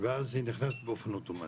ואז היא נכנסת באופן אוטומטי.